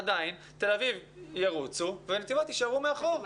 עדיין תל אביב ירוצו ונתיבות יישארו מאחור.